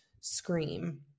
scream